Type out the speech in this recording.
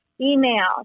email